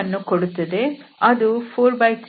ಅದು 43πr3 ಇಲ್ಲಿ ಅದರ ಮೌಲ್ಯ 108π